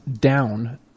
Down